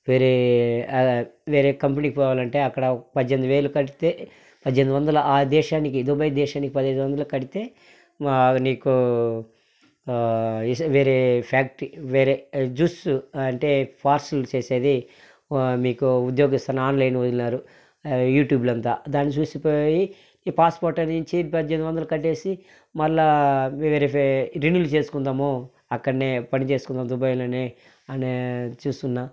వేరే వేరే కంపెనీ పోవాలంటే అక్కడ పజ్జేనిమిది వేలు కడితే పద్దెనిమిది వందలు ఆ దేశానికి దుబాయ్ దేశానికి పదైదు వందలు కడితే నీకు వేరే ఫ్యాక్టరీ వేరే జ్యూస్ అంటే పార్సల్ చేసేది మీకు ఉద్యోగం ఇస్తా ఆన్లైన్ వదిలినారు యూట్యూబ్లో అంతా దాన్ని చూసి పోయి ఈ పాస్పోర్ట్ నుంచి పద్దెనిమిది వందలు కట్టేసి మళ్ళా వేరే రెన్యువల్ చేసుకుందాము అక్కడనే పనిచేసుకుందాము దుబాయ్లోనే అనే చూస్తున్న